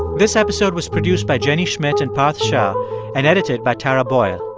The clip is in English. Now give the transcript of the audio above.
this episode was produced by jenny schmidt and parth shah and edited by tara boyle.